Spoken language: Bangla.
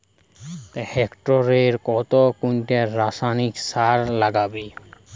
হেক্টরে কত কুইন্টাল রাসায়নিক সার লাগবে?